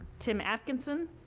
tim atkinson.